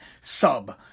sub